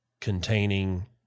containing